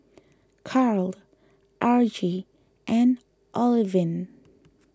Carl Argie and Olivine